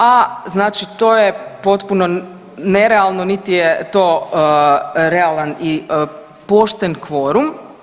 A znači to je potpuno nerealno niti je to realan i pošten kvorum.